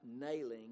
nailing